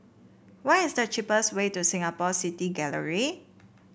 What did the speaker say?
what is the cheapest way to Singapore City Gallery